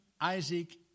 Isaac